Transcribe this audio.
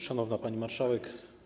Szanowna Pani Marszałek!